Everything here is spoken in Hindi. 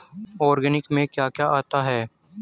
ऑर्गेनिक में क्या क्या आता है?